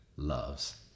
loves